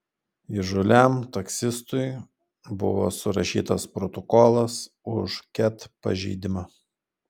įžūliam taksistui buvo surašytas protokolas už ket pažeidimą